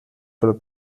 pel